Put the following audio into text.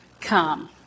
come